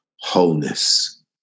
wholeness